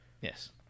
yes